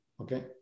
okay